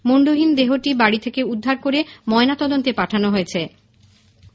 মুন্ডহীন দেহটি বাড়ি থেকে উদ্ধার করে ময়নাতদন্তে পাঠানো হয়েছে